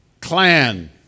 Clan